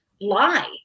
lie